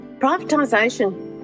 Privatisation